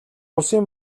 улсын